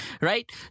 right